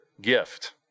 gift